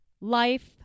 life